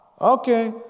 okay